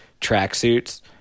tracksuits